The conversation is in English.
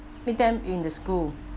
meet them in the school